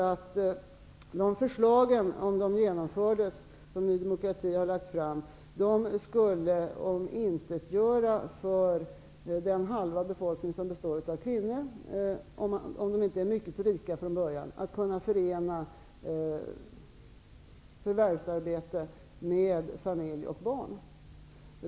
Om de förslag som Ny demokrati har lagt fram genomfördes skulle de omintetgöra för den halva av befolkningen som består av kvinnor -- om de inte är mycket rika från början -- att förena förvärvsarbete med familj och barn.